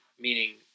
meaning